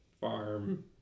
farm